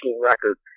record